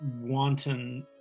wanton